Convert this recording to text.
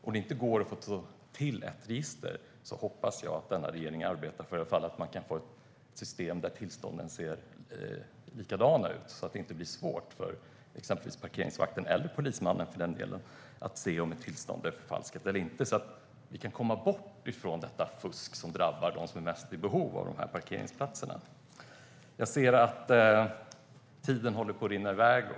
Om det inte går att få till ett register hoppas jag att denna regering i alla fall arbetar för ett system där tillstånden ser likadana ut så att det inte blir svårt för parkeringsvakten eller polismannen att se om ett tillstånd är förfalskat eller inte. På så sätt kan vi komma bort från detta fusk, som drabbar dem som är i störst behov av dessa parkeringsplatser. Jag ser att talartiden rinner iväg.